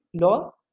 law